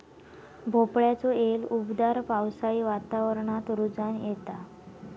भोपळ्याचो येल उबदार पावसाळी वातावरणात रुजोन येता